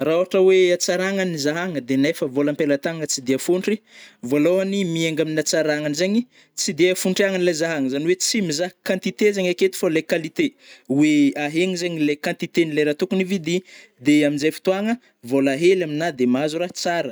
Ra ôhatra oe hatsaragna ny zahagna, de nefa vôla ampelantanagna tsy de fôntry, vôlôhany miainga amin'atsaragna zegny, tsy de afôntriagna le zahagna zany oe tsy mizaha quantité zegny aketo fô le qualité, oe ahegna zegny le quantité nlé raha tokony hividi, de amizay fotoagna, vôla hely amina de mahazo ra tsara.